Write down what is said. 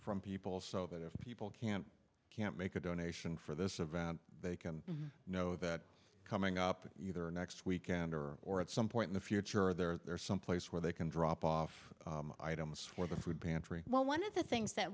from people so that if people can't can't make a donation for this event they can know that coming up either next weekend or or at some point in the future there are some place where they can drop off items for the food pantry well one of the things that